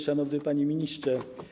Szanowny Panie Ministrze!